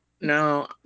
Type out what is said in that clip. no